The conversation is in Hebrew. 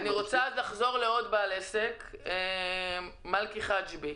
אני רוצה לחזור לעוד בעל עסק בשם מלכי חג'בי,